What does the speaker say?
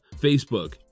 Facebook